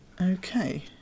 Okay